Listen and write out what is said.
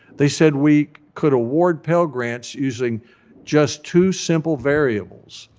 they said we could award pell grants using just two simple variables,